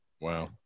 Wow